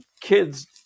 kids